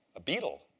a beetle.